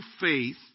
faith